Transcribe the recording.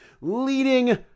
leading